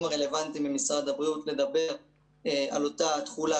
הרלוונטיים במשרד הבריאות כדי לדבר על אותה תכולה,